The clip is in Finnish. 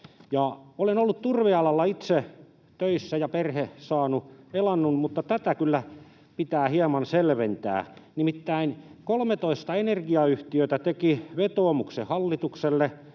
Olen ollut turvealalla itse töissä, ja perhe on saanut siitä elannon, ja tätä kyllä pitää hieman selventää. Nimittäin 13 energiayhtiötä teki vetoomuksen hallitukselle